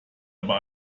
aber